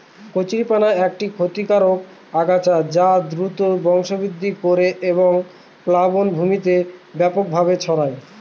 কচুরিপানা একটি ক্ষতিকারক আগাছা যা দ্রুত বংশবৃদ্ধি করে এবং প্লাবনভূমিতে ব্যাপকভাবে ছড়ায়